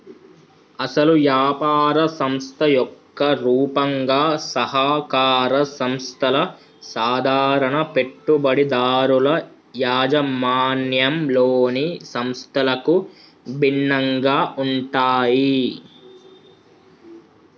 అసలు యాపార సంస్థ యొక్క రూపంగా సహకార సంస్థల సాధారణ పెట్టుబడిదారుల యాజమాన్యంలోని సంస్థలకు భిన్నంగా ఉంటాయి